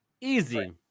Easy